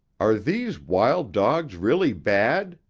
are these wild dogs really bad?